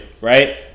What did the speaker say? right